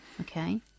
okay